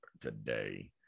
today